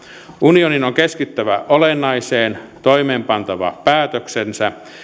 unionin on keskityttävä olennaiseen toimeenpantava päätöksensä